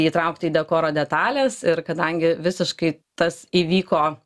įtraukt į dekoro detales ir kadangi visiškai tas įvyko